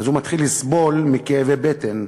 אז הוא מתחיל לסבול מכאבי בטן,